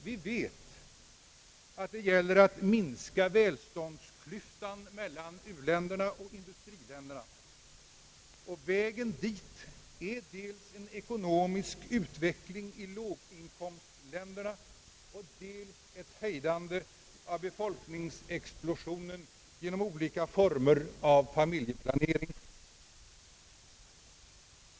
Vi vet att det gäller att minska välståndsklyftan mellan uländerna och industriländerna, och vägen dit är dels en ekonomisk utveckling i låginkomstländerna, dels ett hejdande av befolkningsexplosionen genom olika former av familjeplanering.